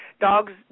dogs